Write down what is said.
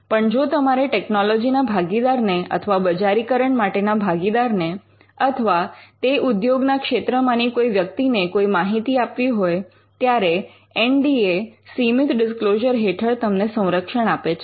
પણ જો તમારે ટેકનોલોજીના ભાગીદારને અથવા બજારીકરણ માટેના ભાગીદારને અથવા તે ઉદ્યોગના ક્ષેત્રમાંની કોઈ વ્યક્તિ ને કોઈ માહિતી આપવી હોય ત્યારે એન ડી એ સીમિત ડિસ્ક્લોઝર હેઠળ તમને સંરક્ષણ આપે છે